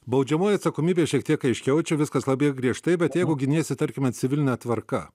baudžiamoji atsakomybė šiek tiek aiškiau čia viskas labai griežtai bet jeigu giniesi tarkime civiline tvarka